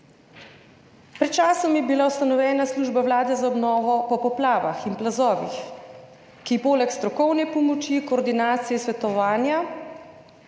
Pred časom je bila ustanovljena Služba vlade za obnovo po poplavah in plazovih, ki poleg strokovne pomoči, koordinacije in svetovanja